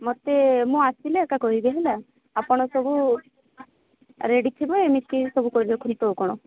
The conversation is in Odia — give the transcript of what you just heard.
ମୋତେ ମୁଁ ଆସିଲେ ଏକା କହିବି ହେଲା ଆପଣ ସବୁ ରେଡ଼ି ଥିବେ ମିଶିକି ସବୁ କରିବାକୁ ହି ତ ଆଉ କ'ଣ